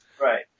Right